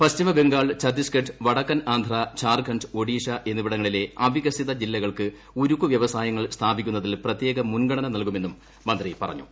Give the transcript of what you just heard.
പശ്ചിമബംഗാൾ ഛത്തീസ്ഗഡ് വടക്കൻ ആന്ധ്ര ഝാർഖണ്ഡ് ഒഡീഷ എന്നിവിടങ്ങളിലെ അവികസിത ജില്ലകൾക്ക് ഉരുക്കു വ്യവസായങ്ങൾ സ്ഥാപിക്കുന്നതിൽ പ്രത്യേക മുൻഗണന നൽകുമെന്നും മന്ത്രി പറഞ്ഞു